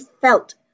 felt